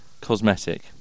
cosmetic